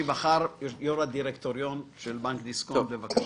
יו"ר הדירקטוריון של בנק דיסקונט, בבקשה.